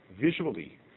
visually